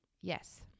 Yes